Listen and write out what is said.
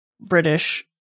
british